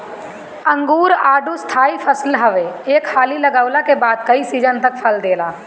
अंगूर, आडू स्थाई फसल हवे एक हाली लगवला के बाद कई सीजन तक फल देला